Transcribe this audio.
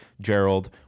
gerald